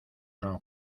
san